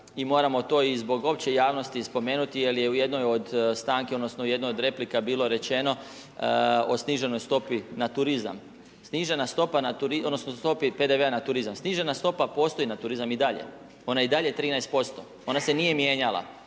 moramo to zbog opće javnosti spomenuti jer je u jednoj od stanki, odnosno u jednoj od replika bilo rečeno o sniženoj stopi na turizam, odnosno stopi PDV-a na turizam. Snižena stopa postoji na turizam i dalje. Ona je i dalje 13%. Ona se nije mijenjala.